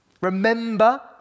Remember